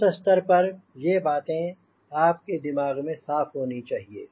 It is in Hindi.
इस स्तर पर यह बातें आपके दिमाग में साफ होनी चाहिए